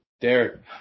Derek